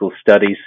studies